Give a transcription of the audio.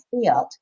field